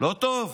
לא טוב,